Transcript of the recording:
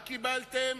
מה קיבלתם?